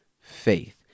faith